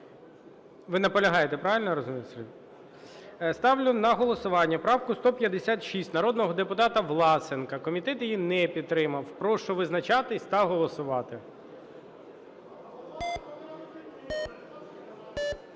Ви наполягаєте, я правильно розумію, Сергій? Ставлю на голосування правку 156 народного депутата Власенка, комітет її не підтримав. Прошу визначатись та голосувати.